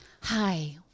hi